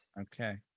okay